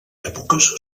èpoques